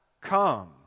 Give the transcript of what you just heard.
come